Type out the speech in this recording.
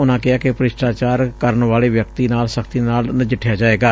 ਉਨੂਾਂ ਕਿਹੈ ਕਿ ਭ੍ਸਿਸਟਾਚਾਰ ਕਰਨ ਵਾਲੇ ਵਿਅਕਤੀ ਨਾਲ ਸ਼ਤੀ ਨਾਲ ਨਜਿੱਠਿਆ ਜਾਵੇਗਾ